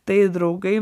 tai draugai